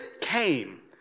came